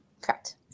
Correct